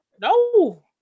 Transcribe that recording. no